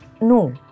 no